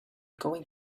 going